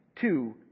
Two